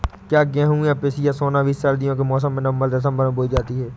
क्या गेहूँ या पिसिया सोना बीज सर्दियों के मौसम में नवम्बर दिसम्बर में बोई जाती है?